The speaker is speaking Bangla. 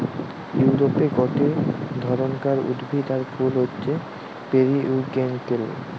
ইউরোপে গটে ধরণকার উদ্ভিদ আর ফুল হচ্ছে পেরিউইঙ্কেল